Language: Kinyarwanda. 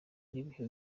n’ibihe